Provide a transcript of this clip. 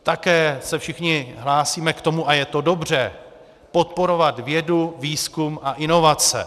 Také se všichni hlásíme k tomu, a je to dobře, podporovat vědu, výzkum a inovace.